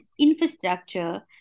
infrastructure